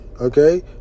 Okay